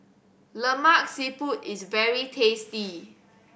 Lemak Siput is very tasty